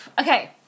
okay